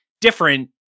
different